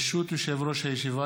ברשות יושב-ראש הישיבה,